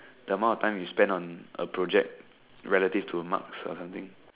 the amount of time you spend on a project relative to marks or something